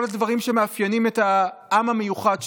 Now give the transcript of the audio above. כל הדברים שמאפיינים את העם המיוחד שלנו.